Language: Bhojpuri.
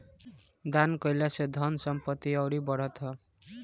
दान कईला से धन संपत्ति अउरी बढ़त ह